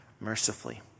mercifully